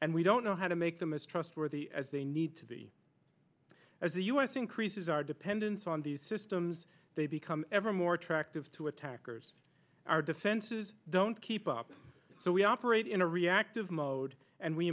and we don't know how to make them as trustworthy as they need to be as us increases our dependence on these systems they become ever more attractive to attackers our defenses don't keep up so we operate in a reactive mode and we